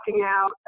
out